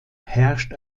herrscht